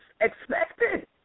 expected